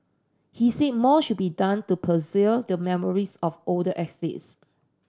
he said more should be done to preserve the memories of older estates